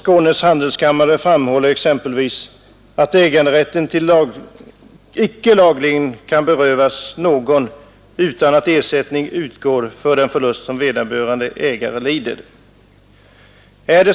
Skånes handelskammare framhåller exempelvis att äganderätten kan såsom sådan lagligen icke berövas någon, med mindre ersättning utgår för den förlust som vederbörande ägare lider.